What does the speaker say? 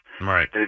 Right